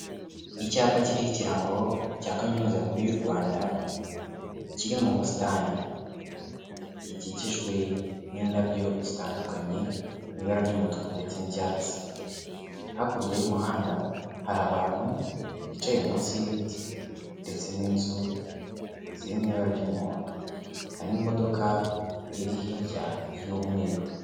Icyapa kiriho ikirango cya Kaminuza Nkuru y'u Rwanda, kiri mu busitani. Gikikijwe n'indabyo zitandukanye, mu ibara ry'umutuku ndetse n'ibyatsi. Hakurya y'umuhanda, hari abantu bicaye munsi y'ibiti, ndetse n'inzu ziri mu ibara ry'umuhondo, hari n'imodoka iri hirya y'umweru.